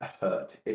hurt